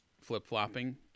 flip-flopping